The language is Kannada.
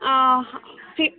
ಹಾಂ ಫಿಫ್